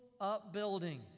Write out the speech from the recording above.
upbuilding